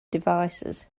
devices